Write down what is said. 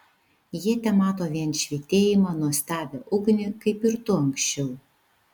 jie temato vien švytėjimą nuostabią ugnį kaip ir tu anksčiau